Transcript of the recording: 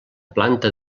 planta